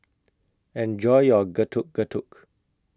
Enjoy your Getuk Getuk